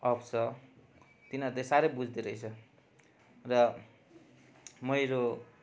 of छ तिनीहरूले साह्रै बुझ्दो रहेछ र मेरो